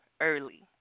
early